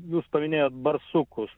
jūs paminėjot barsukus